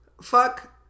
fuck